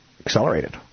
accelerated